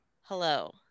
Hello